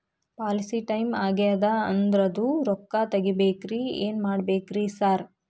Policy time ಆಗ್ಯಾದ ಅದ್ರದು ರೊಕ್ಕ ತಗಬೇಕ್ರಿ ಏನ್ ಮಾಡ್ಬೇಕ್ ರಿ ಸಾರ್?